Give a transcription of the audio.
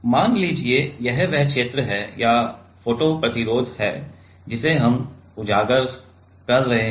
मान लीजिए कि यह वह क्षेत्र है या फोटो प्रतिरोध है जिसे हम उजागर कर रहे हैं